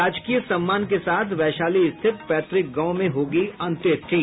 राजकीय सम्मान के साथ वैशाली स्थित पैतृक गांव में होगी अंत्येष्टि